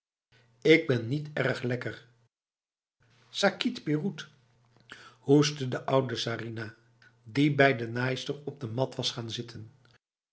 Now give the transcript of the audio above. ik ben niet erg lekkerf sakit peroet hoestte de oude sarinah die bij de naaister op de mat was gaan zitten